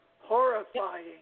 Horrifying